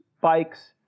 bikes